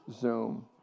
Zoom